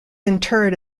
interred